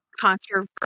Controversial